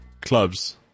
clubs